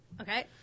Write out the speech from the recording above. Okay